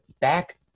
back –